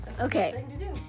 Okay